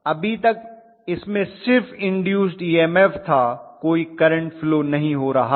अभी तक इसमें सिर्फ इन्दूस्ड ईएमएफ था कोई करंट फ्लो नहीं हो रहा था